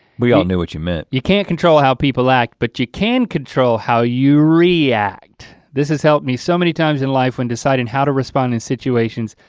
we all knew what you meant. you can't control how people act, but you can control how you react. this has helped me so many times in life when deciding how to respond in situations.